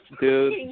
Dude